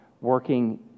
working